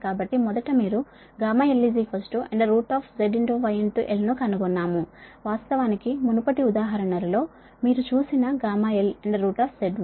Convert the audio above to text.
కాబట్టి మొదట మీరు γlZYl ను కనుగొన్నాము వాస్తవానికి మునుపటి ఉదాహరణలో మీరు చూసిన γl ZY